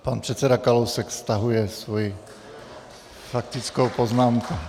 Pan předseda Kalousek stahuje svoji faktickou poznámku.